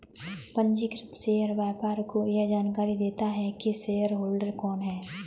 पंजीकृत शेयर व्यापार को यह जानकरी देता है की शेयरहोल्डर कौन है